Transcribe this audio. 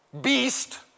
beast